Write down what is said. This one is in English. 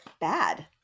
bad